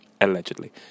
allegedly